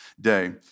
day